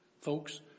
Folks